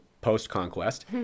post-Conquest